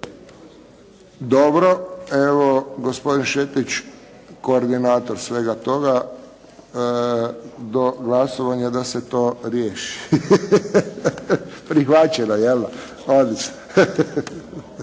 Josip (HSS)** Dobro. Evo gospodin Šetić koordinator svega toga do glasovanja da se to riješi. Prihvaćeno, je li?